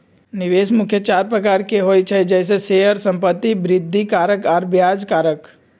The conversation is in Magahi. निवेश मुख्य चार प्रकार के होइ छइ जइसे शेयर, संपत्ति, वृद्धि कारक आऽ ब्याज कारक